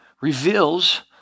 reveals